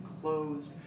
closed